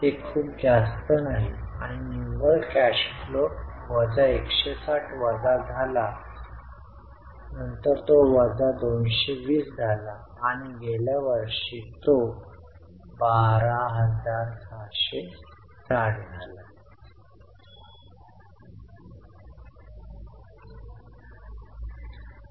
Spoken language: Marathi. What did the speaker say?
ते खूप जास्त नाही आणि निव्वळ कॅश फ्लो वजा 160 वजा झाला नंतर तो वजा 220 झाला आणि गेल्या वर्षी तो 12660 झाला